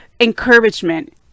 encouragement